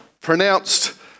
pronounced